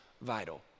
vital